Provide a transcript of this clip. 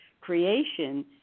creation